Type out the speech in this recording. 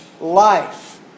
life